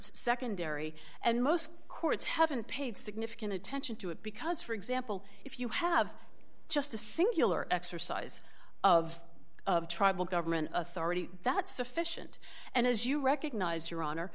secondary and most courts haven't paid significant attention to it because for example if you have just a singular exercise of of tribal government authority that's sufficient and as you recognize your honor